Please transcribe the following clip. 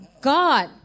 God